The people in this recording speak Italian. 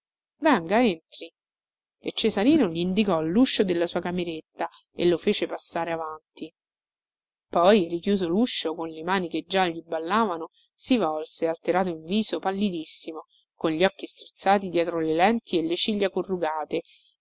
venga entri e cesarino glindicò luscio della sua cameretta e lo fece passare avanti poi richiuso luscio con le mani che già gli ballavano si volse alterato in viso pallidissimo con gli occhi strizzati dietro le lenti e le ciglia corrugate